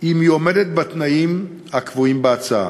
אם היא עומדת בתנאים הקבועים בהצעה.